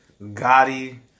Gotti